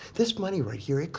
this money right here,